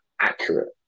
accurate